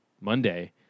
Monday